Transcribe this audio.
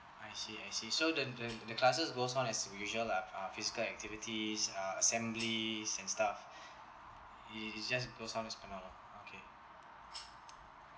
I see I see so the the the classes goes on as usual lah uh physical activities uh assemblies and stuff it it just goes on as okay